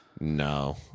No